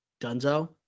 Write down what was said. Dunzo